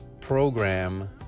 program